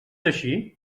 així